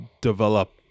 develop